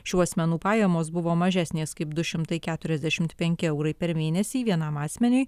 šių asmenų pajamos buvo mažesnės kaip du šimtai keturiasdešimt penki eurai per mėnesį vienam asmeniui